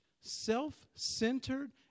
self-centered